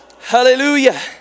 hallelujah